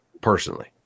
personally